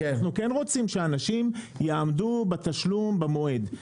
אנחנו כן רוצים שאנשים יעמדו בתשלום במועד.